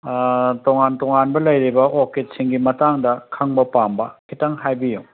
ꯇꯣꯉꯥꯟ ꯇꯣꯉꯥꯟꯕ ꯂꯩꯔꯤꯕ ꯑꯣꯔꯀꯤꯠꯁꯤꯡꯒꯤ ꯃꯇꯥꯡꯗ ꯈꯪꯕ ꯄꯥꯝꯕ ꯈꯤꯇꯪ ꯍꯥꯏꯕꯤꯌꯣ